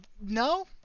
no